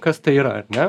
kas tai yra ar ne